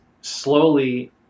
slowly